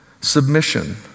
submission